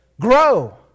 grow